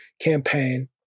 campaign